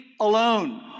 alone